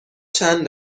چند